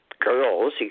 girls